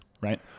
right